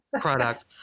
product